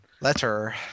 Letter